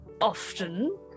Often